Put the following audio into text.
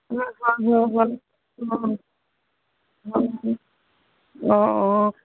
অঁ হয় হয় হয় অঁ অঁ অঁ অঁ